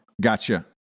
Gotcha